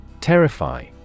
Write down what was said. Terrify